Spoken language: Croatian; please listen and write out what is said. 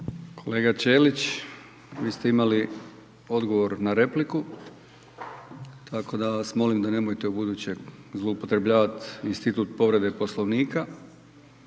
Kolega Ćelić, vi ste imali odgovor na repliku, tako da vas molim da nemojte ubuduće zloupotrebljavati institut povrede Poslovnika